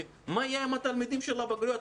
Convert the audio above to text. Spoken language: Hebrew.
מה יהיה עם התלמידים של הבגרויות?